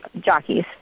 jockeys